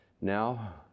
Now